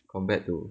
compared to